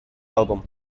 album